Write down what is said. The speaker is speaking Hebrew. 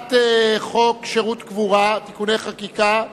הצעת חוק שירותי קבורה (תיקוני חקיקה)